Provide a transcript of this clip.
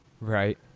Right